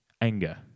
anger